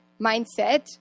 mindset